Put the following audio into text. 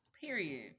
Period